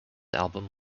album